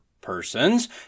persons